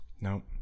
Nope